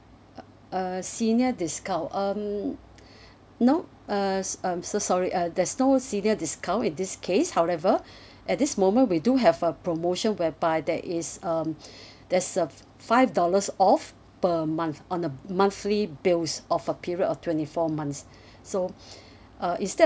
uh uh senior discount um no uh s~ um so sorry uh there's no senior discount in this case however at this moment we do have a promotion whereby there is um there's a five dollars off per month on a monthly bills of a period of twenty four months so uh instead of